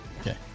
okay